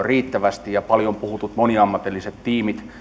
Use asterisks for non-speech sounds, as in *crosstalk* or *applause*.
*unintelligible* riittävästi ja paljon puhutut moniammatilliset tiimit